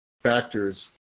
factors